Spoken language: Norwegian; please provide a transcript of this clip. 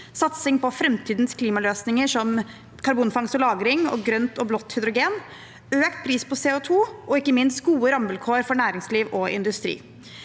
satsing på framtidens klimaløsninger som karbonfangst og -lagring og grønt og blått hydrogen, økt pris på CO2 og ikke minst gode rammevilkår for næringsliv og industri.